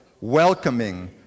welcoming